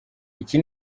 iki